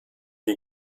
die